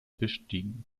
bestiegen